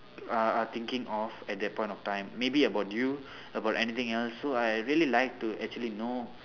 uh thinking of at that point of time maybe about you about anything else so I really like to actually know